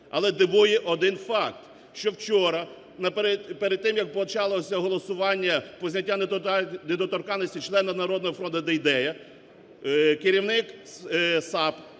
Але дивує один факт, що вчора перед тим як почалося голосування про зняття недоторканності члена "Народного фронту" Дейдея керівник САП